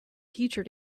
teacher